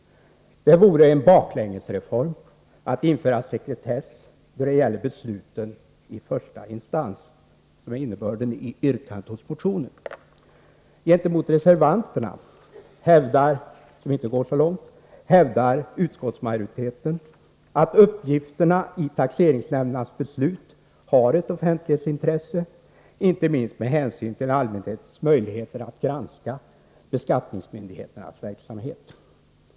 Det vore en baklängesreform att införa sekretess då det gäller besluten i första instans, såsom yrkas i motionen. Gentemot reservanterna, som inte går lika långt, hävdar utskottsmajoriteten att uppgifterna i taxeringsnämndernas beslut har ett offentlighetsintresse inte minst med hänsyn till allmänhetens möjligheter att granska beskattningsmyndigheternas verksamhet.